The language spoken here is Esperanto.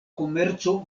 komerco